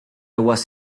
was